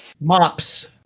Mops